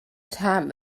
time